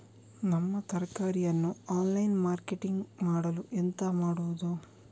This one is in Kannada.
ನಮ್ಮ ತರಕಾರಿಯನ್ನು ಆನ್ಲೈನ್ ಮಾರ್ಕೆಟಿಂಗ್ ಮಾಡಲು ಎಂತ ಮಾಡುದು?